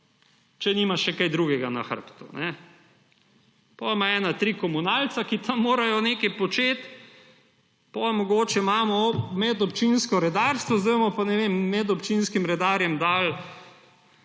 če nima še česa drugega na grbi. Potem ima ena tri komunalce, ki tam morajo nekaj početi, potem imamo mogoče medobčinsko redarstvo, zdaj bomo pa, ne vem, medobčinskim redarjem dali